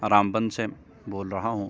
رام بن سے بول رہا ہوں